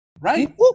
Right